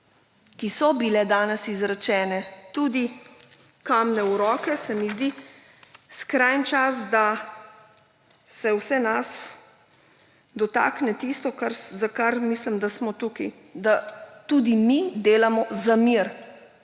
ki so bile danes izrečene, tudi »kamne v roke«, se mi zdi skrajni čas, da se vseh nas dotakne tisto, za kar mislim, da smo tukaj ‒ da tudi mi delamo za mir